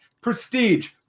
Prestige